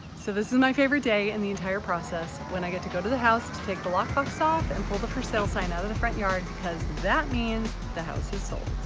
so this is my favorite day in the entire process, when i get to go to the house to take the lock box off and pull the for sale sign out of the front yard because that means the house has sold!